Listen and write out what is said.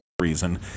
reason